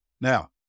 Now